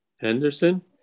Henderson